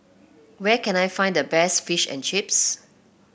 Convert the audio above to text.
where can I find the best Fish and Chips